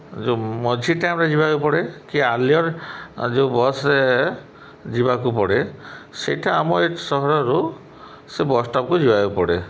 ଯେଉଁ ମଝି ଟାଇମ୍ରେ ଯିବାକୁ ପଡ଼େ କି ଆର୍ଲିଅର୍ ଯେଉଁ ବସ୍ରେ ଯିବାକୁ ପଡ଼େ ସେଇଟା ଆମ ଏ ସହରରୁ ସେ ବସ୍ ଷ୍ଟପ୍କୁ ଯିବାକୁ ପଡ଼େ